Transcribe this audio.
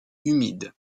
humide